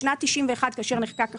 בשנת 1991, כאשר נחקק החוק,